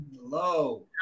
hello